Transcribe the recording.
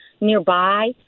nearby